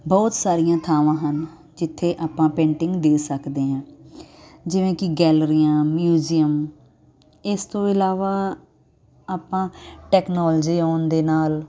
ਬਹੁਤ ਸਾਰੀਆਂ ਥਾਵਾਂ ਹਨ ਜਿੱਥੇ ਆਪਾਂ ਪੇਂਟਿੰਗ ਦੇ ਸਕਦੇ ਹਾਂ ਜਿਵੇਂ ਕਿ ਗੈਲਰੀਆਂ ਮਿਊਜ਼ੀਅਮ ਇਸ ਤੋਂ ਇਲਾਵਾ ਆਪਾਂ ਟੈਕਨੋਲੋਜੀ ਆਉਣ ਦੇ ਨਾਲ